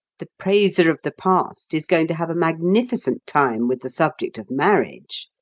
the praiser of the past is going to have a magnificent time with the subject of marriage.